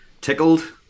tickled